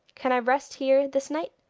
can i rest here this night?